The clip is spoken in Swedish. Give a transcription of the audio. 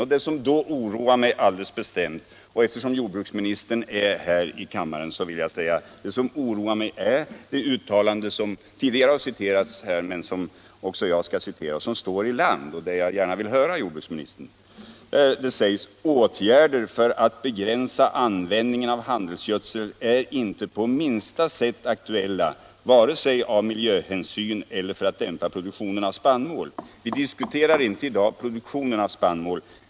Och det som då oroar mig är det uttalande av jordbruksministern som tidigare åberopats och som jag skall citera ur tidningen Land. Jordbruksministern säger: ” Åtgärder för att begränsa användningen av handelsgödsel är inte på minsta sätt aktuella, vare sig av miljöhänsyn eller för att dämpa produktionen av spannmål.” Vi diskuterar inte i dag produktionen av spannmål.